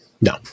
No